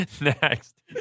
Next